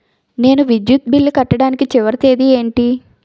నేను విద్యుత్ బిల్లు కట్టడానికి చివరి తేదీ ఏంటి?